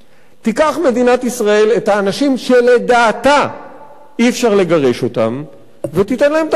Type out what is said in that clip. תיקח מדינת ישראל את האנשים שלדעתה אי-אפשר לגרש אותם ותיתן להם תעסוקה.